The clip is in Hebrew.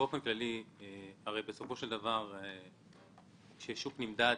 כשהשוק נמדד,